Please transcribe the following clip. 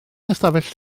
ystafell